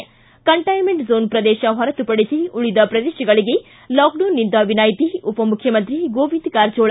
ಿ containment zone ಪ್ರದೇಶ ಹೊರತುಪಡಿಸಿ ಉಳಿದ ಪ್ರದೇಶಗಳಿಗೆ ಲಾಕ್ಡೌನ್ದಿಂದ ವಿನಾಯ್ತಿ ಉಪಮುಖ್ಯಮಂತ್ರಿ ಗೋವಿಂದ ಕಾರಜೋಳ